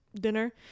dinner